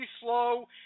slow